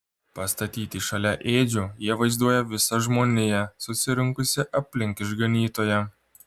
pastatyti šalia ėdžių jie vaizduoja visą žmoniją susirinkusią aplink išganytoją